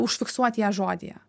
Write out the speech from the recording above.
užfiksuoti ją žodyje